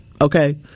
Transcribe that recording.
okay